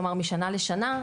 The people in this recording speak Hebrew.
כלומר משנה לשנה,